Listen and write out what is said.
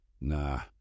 Nah